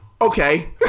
okay